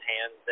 hands